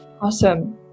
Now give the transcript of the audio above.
Awesome